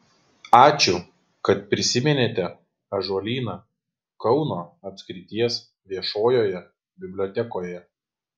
ačiū kad prisiminėte ąžuolyną kauno apskrities viešojoje bibliotekoje